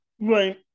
Right